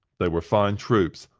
they were fine troops,